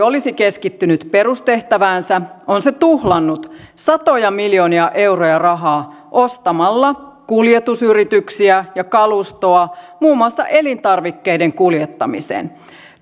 olisi keskittynyt perustehtäväänsä on se tuhlannut satoja miljoonia euroja rahaa ostamalla kuljetusyrityksiä ja kalustoa muun muassa elintarvikkeiden kuljettamiseen